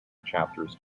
chapters